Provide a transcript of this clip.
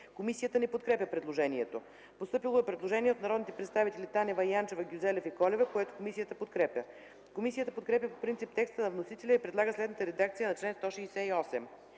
Комисията не подкрепя предложението. Постъпило е предложение от народните представители Десислава Танева, Христина Янчева, Стоян Гюзелев и Юлиана Колева, което комисията подкрепя. Комисията подкрепя по принцип текста на вносителя и предлага следната редакция на чл. 168: